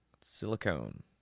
silicone